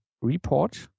report